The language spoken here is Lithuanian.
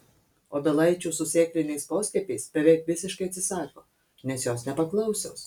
obelaičių su sėkliniais poskiepiais beveik visiškai atsisako nes jos nepaklausios